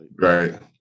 Right